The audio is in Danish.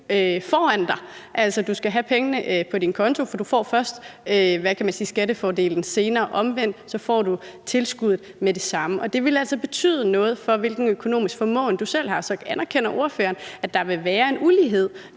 foran dig, altså, du skal have pengene på din konto, for du får først skattefordelen senere. Omvendt får du tilskuddet med det samme. Og det vil altså betyde noget for, hvilken økonomisk formåen du selv har. Så anerkender ordføreren, at der vil være en ulighed,